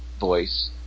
voice